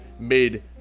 Made